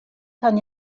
kann